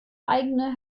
eigene